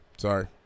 sorry